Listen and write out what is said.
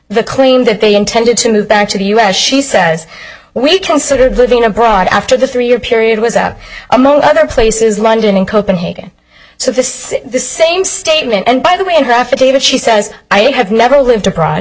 the claim that they intended to move back to the us she says we considered living abroad after the three year period was up among other places london in copenhagen so this is the same statement and by the way in her affidavit she says i have never lived abroad